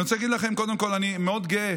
אני רוצה להגיד לכם, קודם כול, אני מאוד גאה.